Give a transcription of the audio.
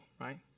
right